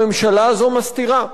הממשלה הזאת מסתירה,